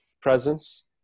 presence